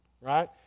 right